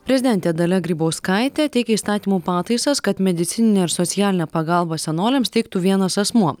prezidentė dalia grybauskaitė teikia įstatymų pataisas kad medicininę ir socialinę pagalbą senoliams teiktų vienas asmuo